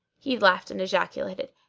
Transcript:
he laughed and ejaculated,